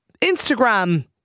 Instagram